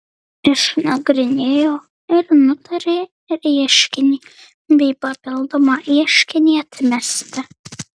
išnagrinėjo ir nutarė ieškinį bei papildomą ieškinį atmesti